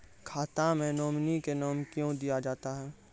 खाता मे नोमिनी का नाम क्यो दिया जाता हैं?